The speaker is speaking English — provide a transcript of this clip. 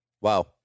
Wow